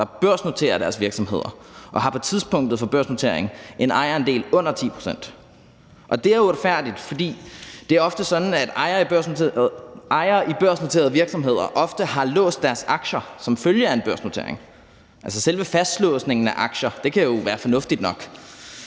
der børsnoterer deres virksomheder, og som på tidspunktet for børsnoteringen har en ejerandel på under 10 pct. Og det er uretfærdigt, fordi det ofte er sådan, at ejere i børsnoterede virksomheder har låst deres aktier som følge af en børsnotering. Altså, selve fastlåsningen af aktier kan jo være fornuftig nok,